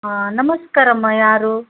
ಹಾಂ ನಮಸ್ಕಾರಮ್ಮ ಯಾರು